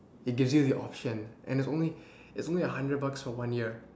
it gives you the option and there's only there's only a hundred bucks for one year